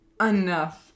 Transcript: enough